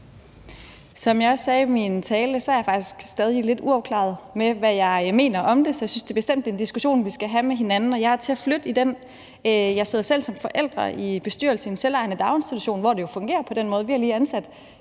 Som jeg også sagde i min tale, er jeg faktisk stadig lidt uafklaret om, hvad jeg mener om det. Jeg synes bestemt, det er en diskussion, vi skal have med hinanden, og jeg er til at flytte. Jeg sidder selv som forælder i bestyrelsen i en selvejende daginstitution, hvor det jo fungerer på den måde. Vi har lige ansat